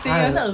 他很